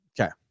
Okay